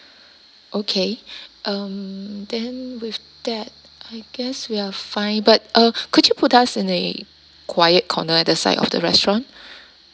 okay um then with that I guess we are fine but uh could you put us in a quiet corner at the side of the restaurant